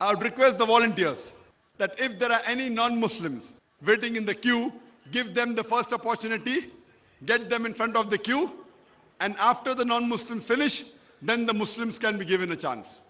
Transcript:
i'll request the volunteers that if there are any non-muslims waiting in the queue give them the first opportunity get them in front of the queue and after the non-muslim finish then the muslims can be given a chance